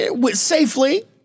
safely